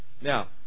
Now